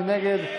מי נגד?